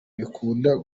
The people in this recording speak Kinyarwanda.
bikunda